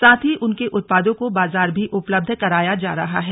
साथ ही उनके उत्पादों को बाजार भी उपलब्ध कराया जा रहा है